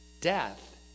Death